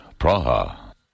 Praha